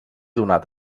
donat